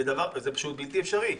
זה פשוט בלתי אפשרי.